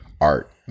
art